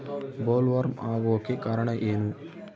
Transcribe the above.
Bollworm ಆಗೋಕೆ ಕಾರಣ ಏನು?